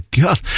god